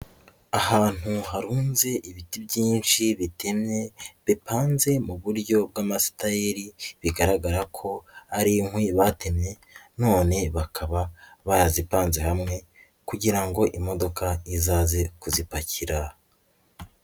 Ahantu harunze ibiti byinshi bitemye bipanze mu buryo bw'amasitayeri bigaragara ko ari inkwi batemye none bakaba barazipanze hamwe kugira ngo imodoka izaze kuzipakira.